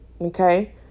okay